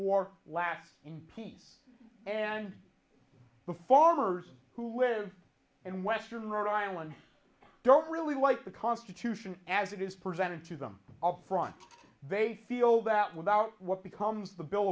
war last in peace and the farmers who live and western rhode island don't really like the constitution as it is presented to them up front they feel that without what becomes the bill